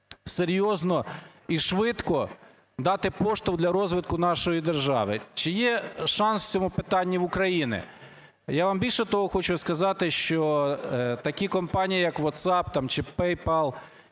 серйозно і швидко дати поштовх для розвитку нашої держави. Чи є шанс в цьому питанні в України? Я вам більше того хочу сказати, що такі компанії, як WhatsApp чи PayPal,